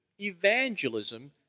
evangelism